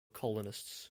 colonists